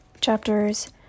chapters